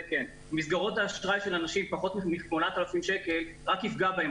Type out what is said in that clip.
מסגרות האשראי של אנשים פחות מ-8,000 שקל רק יפגע בהם.